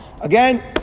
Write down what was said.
Again